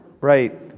Right